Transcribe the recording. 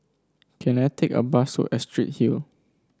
can I take a bus to Astrid Hill